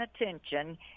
attention